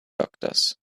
doctors